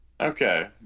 Okay